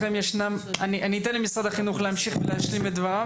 אני אתן למשרד החינוך להשים את דבריו.